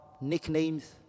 nicknames